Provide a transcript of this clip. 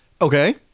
okay